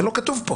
זה לא כתוב פה